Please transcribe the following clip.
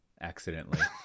accidentally